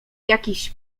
jakiś